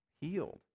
healed